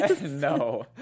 No